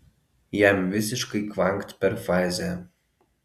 jam visiškai kvankt per fazę